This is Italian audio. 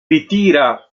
ritira